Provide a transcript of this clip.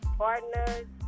partners